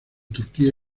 turquía